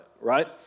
right